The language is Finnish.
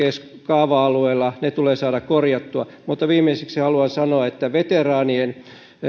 kaava alueilla ne tulee saada korjattua mutta viimeiseksi haluan sanoa että